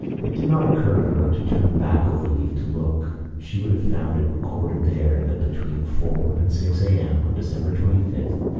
it did not occur to her to turn back overleaf to look. she would have found it recorded there that between four and six a. m. on december twenty fifth,